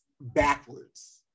backwards